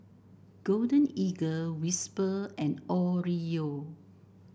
Golden Eagle Whisper and Oreo